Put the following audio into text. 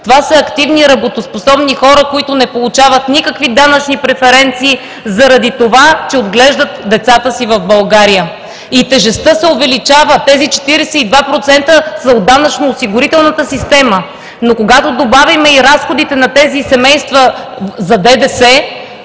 Това са активни работоспособни хора, които не получават никакви данъчни преференции заради това, че отглеждат децата си в България. И тежестта се увеличава. Тези 42% са от данъчно-осигурителната система, но когато добавим и разходите на тези семейства за ДДС,